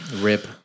Rip